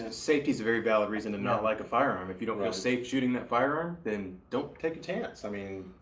ah safety's a very valid reason to not like a firearm. if you don't feel safe shooting that firearm, then don't take a chance, i mean,